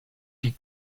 die